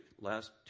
last